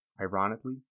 ironically